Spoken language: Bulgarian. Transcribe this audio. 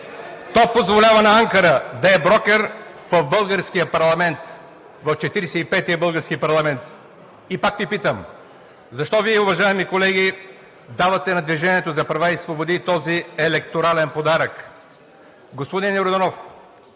То позволява на Анкара да е брокер в българския парламент – в Четиридесет и петия български парламент. И пак Ви питам: защо Вие, уважаеми колеги, давате на „Движението за права и свободи“ този електорален подарък? Господин Йорданов,